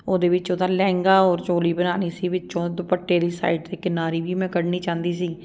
ਉਹਦੇ ਵਿੱਚ ਉਹਦਾ ਲਹਿੰਗਾ ਔਰ ਚੋਲੀ ਬਣਾਉਣੀ ਸੀ ਵਿੱਚੋਂ ਦੁਪੱਟੇ ਵਾਲੀ ਸਾਈਡ 'ਤੇ ਕਿਨਾਰੀ ਵੀ ਮੈਂ ਕੱਢਣੀ ਚਾਹੁੰਦੀ ਸੀ